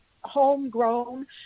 homegrown